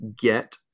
get